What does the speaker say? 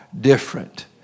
different